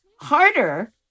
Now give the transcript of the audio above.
harder